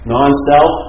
Non-self